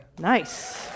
Nice